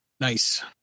Nice